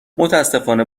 متاسفانه